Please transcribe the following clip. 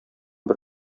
бер